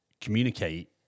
communicate